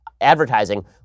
advertising